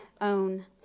own